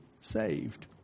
saved